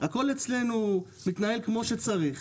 הכל אצלנו מתנהל כמו שצריך.